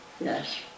Yes